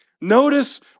Notice